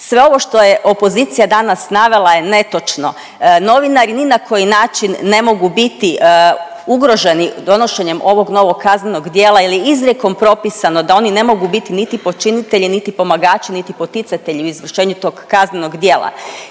sve ovo što je opozicija danas navela je netočno. Novinari ni na koji način ne mogu biti ugroženi donošenjem ovog novog kaznenog djela jer je izrijekom propisano da oni ne mogu biti niti počinitelji niti pomagači niti poticatelji u izvršenju tog kaznenog djela.